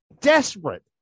desperate